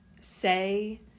say